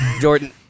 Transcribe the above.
Jordan